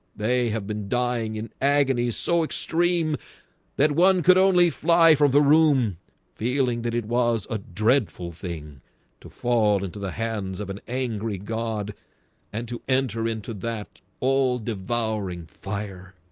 they have been dying in agony so extreme that one could only fly from the room feeling that it was a dreadful thing to fall into the hands of an angry god and to enter into that all devouring fire